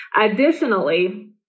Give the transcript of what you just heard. Additionally